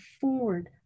forward